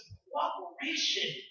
cooperation